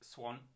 Swan